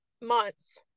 months